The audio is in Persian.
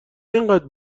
اینقدر